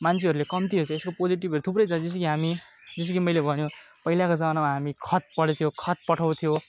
मान्छेहरूले कम्ती हेर्छ यसको पोजिटिभ थुप्रै छ जस्तो कि हामी जस्तो कि मैले भन्यो पहिलाको जमानामा हामी खत पढ्थ्यो खत पठाउँथ्यो